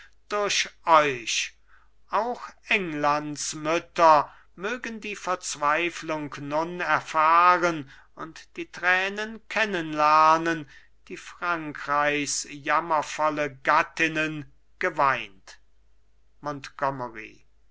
durch euch auch englands mütter mögen die verzweiflung nun erfahren und die tränen kennenlernen die frankreichs jammervolle gattinnen geweint montgomery